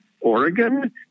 Oregon